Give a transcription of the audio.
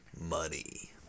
money